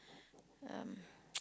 um